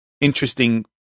interesting